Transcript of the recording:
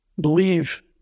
Believe